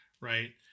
Right